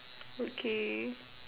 okay